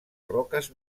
roques